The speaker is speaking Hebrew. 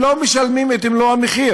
הם לא משלמים את מלוא המחיר.